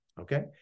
okay